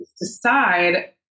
decide